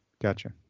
Gotcha